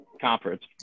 conference